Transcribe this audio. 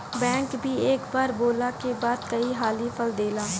बैगन भी एक बार बोअला के बाद कई हाली फल देला